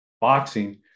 boxing